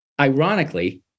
ironically